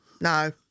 No